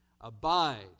abide